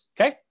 okay